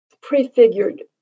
prefigured